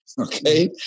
okay